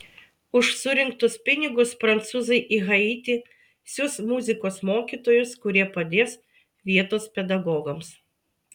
už surinktus pinigus prancūzai į haitį siųs muzikos mokytojus kurie padės vietos pedagogams